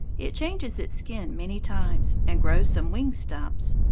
it changes its skin many times, and grows some wing-stumps.